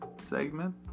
segment